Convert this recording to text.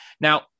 Now